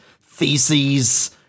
theses